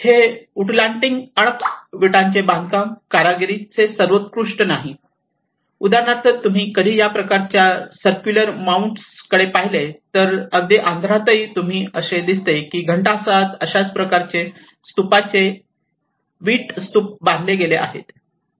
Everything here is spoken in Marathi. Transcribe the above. हे उन्दूलाटिंग अणक विटांचे बांधकाम कारागिरीचे सर्वोत्कृष्ट नाही उदाहरणार्थ तुम्ही कधी या प्रकारच्या सर्कलर मौन्ड्स कडे पाहिले तर अगदी आंध्रातही तुम्हाला असे दिसते की घंटसाळात अशाच प्रकारच्या स्तूपाचे वीट स्तूप बांधले गेले आहेत